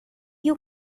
you